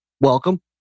Welcome